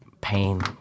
pain